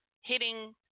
Hitting